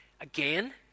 Again